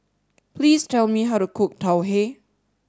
please tell me how to cook Tau Huay